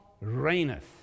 reigneth